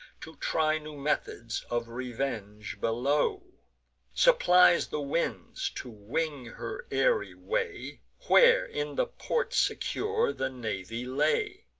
to try new methods of revenge below supplies the winds to wing her airy way, where in the port secure the navy lay.